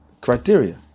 criteria